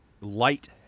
light